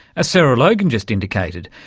as sarah logan just indicated,